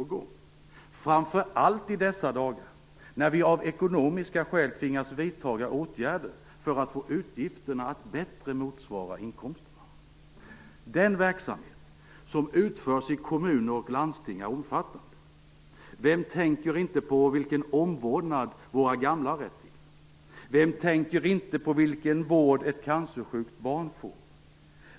Det gäller framför allt i dessa dagar, när vi av ekonomiska skäl har tvingats vidta åtgärder för att få utgifterna att bättre motsvara inkomsterna. Den verksamhet som utförs i kommuner och landsting är omfattande. Vem tänker inte på vilken omvårdnad våra gamla har rätt till? Vem tänker inte på vilken vård ett cancersjukt barn får?